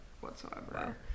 whatsoever